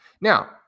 Now